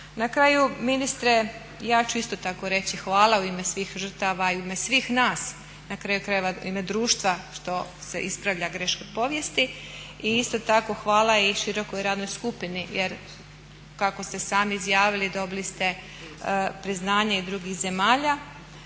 Na kraju ministre ja ću isto tako reći hvala u ime svih žrtava i u ime svih nas, na kraju krajeva u ime društva što se ispravlja greška povijesti i isto tako hvala i širokoj radnoj skupini jer kako ste sami izjavili dobili ste priznanje i drugih zemalja.